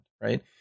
right